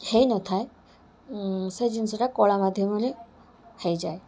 ହେଇନଥାଏ ସେ ଜିନିଷଟା କଳା ମାଧ୍ୟମରେ ହେଇଯାଏ